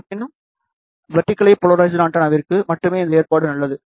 இருப்பினும் vertically polarized ஆண்டெனாவிற்கு மட்டுமே இந்த ஏற்பாடு நல்லது